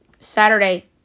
Saturday